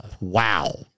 Wow